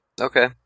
okay